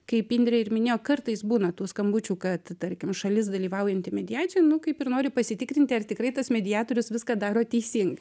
kaip indrė ir minėjo kartais būna tų skambučių kad tarkim šalis dalyvaujanti mediacijoj nu kaip ir nori pasitikrinti ar tikrai tas mediatorius viską daro teisingai